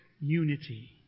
unity